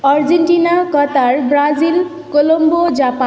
Argentina Qatar Brazil Colombo Japan